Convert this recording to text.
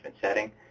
setting